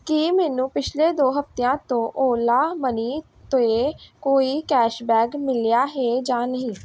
ਕੀ ਮੈਨੂੰ ਪਿਛਲੇ ਦੋ ਹਫ਼ਤਿਆਂ ਤੋਂ ਓਲਾ ਮਨੀ 'ਤੇ ਕੋਈ ਕੈਸ਼ਬੈਕ ਮਿਲਿਆ ਹੈ ਜਾਂ ਨਹੀਂ